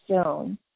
stone